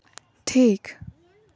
ᱴᱷᱤᱠ